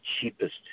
cheapest